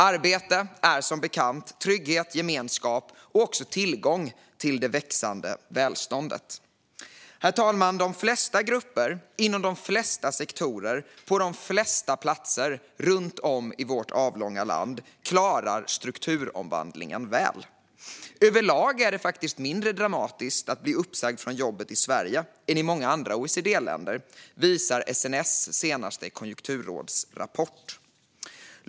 Arbete är som bekant trygghet, gemenskap och också tillgång till det växande välståndet. Herr talman! De flesta grupper inom de flesta sektorer på de flesta platser runt om i vårt avlånga land klarar strukturomvandlingen väl. Överlag är det faktiskt mindre dramatiskt att bli uppsagd från jobbet i Sverige än i många andra OECD-länder. Det visar SNS senaste konjunkturrådsrapport.